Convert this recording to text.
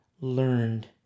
learned